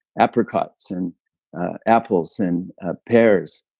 apricots and apples and pears.